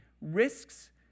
risks